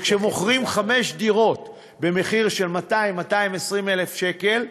כשמוכרים חמש דירות במחיר של 200,000 220,000 שקל,